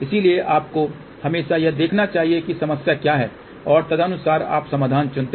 इसलिए आपको हमेशा यह देखना चाहिए कि समस्या क्या है और तदनुसार आप समाधान चुनते हैं